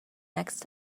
next